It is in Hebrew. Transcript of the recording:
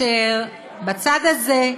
בצד הזה,